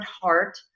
Heart